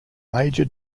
major